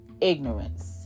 ignorance